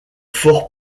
fort